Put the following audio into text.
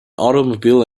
automobile